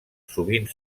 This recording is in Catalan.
sovint